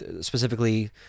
specifically